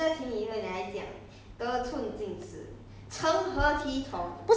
有七块 leh 好像到七块 leh